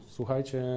Słuchajcie